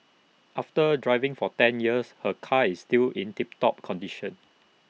after driving for ten years her car is still in tip top condition